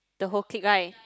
the whole clique right